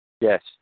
yes